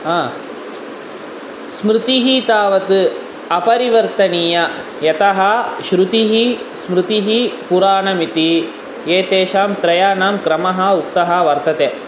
हा स्मृतिः तावत् अपरिवर्तनीया यतः श्रुतिः स्मृतिः पुराणमिति एतेषां त्रयाणां क्रमः उक्तः वर्तते